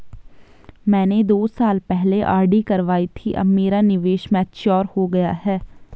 मैंने दो साल पहले आर.डी करवाई थी अब मेरा निवेश मैच्योर हो गया है